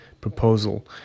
proposal